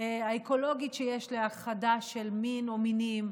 האקולוגית שיש להכחדה של מין או מינים,